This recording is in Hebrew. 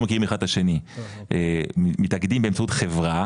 מכירים אחד את השני מתאגדים באמצעות חברה